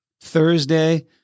Thursday